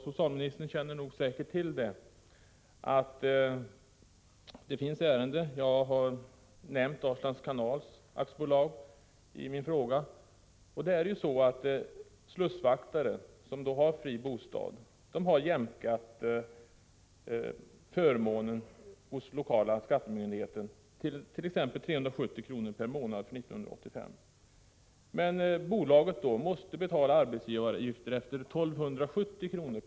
Socialministern känner nog till att det finns ärenden — jag har nämnt Dalslands Kanal AB i min fråga — angående slussvaktare som har fri bostad. De har fått denna förmån jämkad hos lokala skattemyndigheten till exempelvis 370 kr. per månad för 1985. Men bolaget måste betala en arbetsgivaravgift som värdeberäknats till 1 270 kr.